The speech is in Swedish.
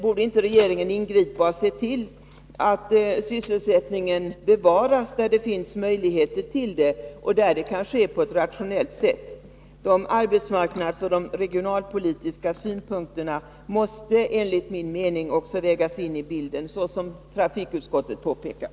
Borde inte regeringen ingripa och se till att sysselsättningen bevaras där det finns möjligheter till detta och där det kan ske på ett rationellt sätt? De arbetsmarknadsoch regionalpolitiska synpunkterna måste enligt min mening också vägas in i bilden, såsom trafikutskottet påpekat.